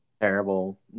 terrible